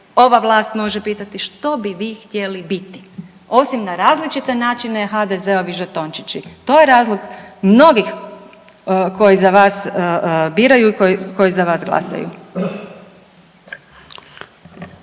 ova vlast može pitati, što bi vi htjeli biti osim na različite načine HZD-ovi žetončići. To je razlog mnogih koji za vas biraju i koji za vas glasaju.